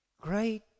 Great